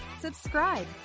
subscribe